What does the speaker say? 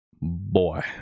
Boy